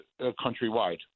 Countrywide